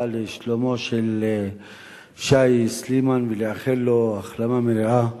לשלומו של משה סילמן ולאחל לו החלמה מלאה.